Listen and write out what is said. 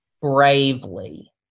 bravely